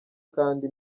kandi